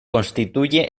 constituye